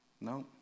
No